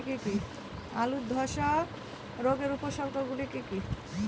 আলুর ধ্বসা রোগের উপসর্গগুলি কি কি?